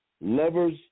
lovers